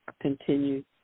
continue